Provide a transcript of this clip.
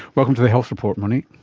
welcome to the health report, monique.